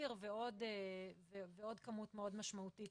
תצהיר ועוד כמות מאוד משמעותית